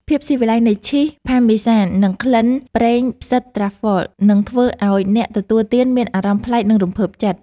ភាពស៊ីវិល័យនៃឈីសផាមេសាននិងក្លិនប្រេងផ្សិតត្រាហ្វហ្វល (Truffle) នឹងធ្វើឱ្យអ្នកទទួលទានមានអារម្មណ៍ប្លែកនិងរំភើបចិត្ត។